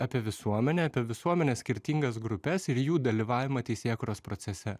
apie visuomenę apie visuomenės skirtingas grupes ir jų dalyvavimą teisėkūros procese